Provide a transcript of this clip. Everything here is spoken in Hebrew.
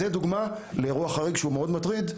זאת דוגמה לאירוע חריג שהוא מאוד מטריד,